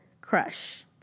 Crush